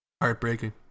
Heartbreaking